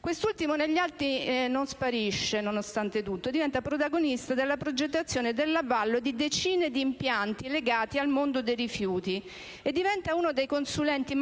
Quest'ultimo negli anni non sparisce, nonostante tutto, e diventa protagonista della progettazione e dell'avallo di decine di impianti legati al mondo dei rifiuti, nonché uno dei maggiori consulenti